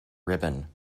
ribbon